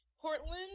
Portland